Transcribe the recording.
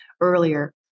earlier